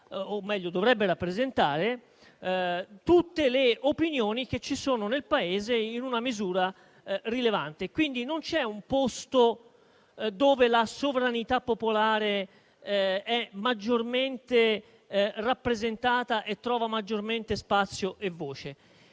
o meglio dovrebbe rappresentare tutte le opinioni che ci sono nel Paese in una misura rilevante. Non c'è quindi un posto dove la sovranità popolare è maggiormente rappresentata e trova maggiormente spazio e voce.